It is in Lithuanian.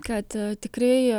kad tikrai